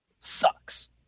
sucks